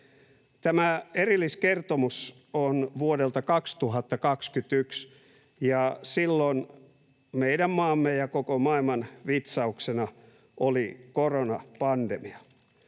Tämä erilliskertomus on vuodelta 2021, ja silloin meidän maamme ja koko maailman vitsauksena oli koronapandemia.